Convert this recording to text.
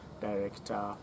director